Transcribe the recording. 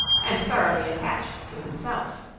and thoroughly attached to himself.